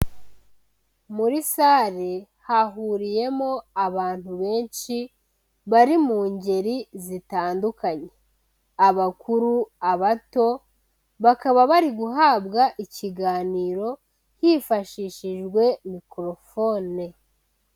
Muri salle hahuriyemo abantu benshi, bari mu ngeri zitandukanye. Abakuru, abato, bakaba bari guhabwa ikiganiro hifashishijwe mikorofone.